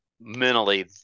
mentally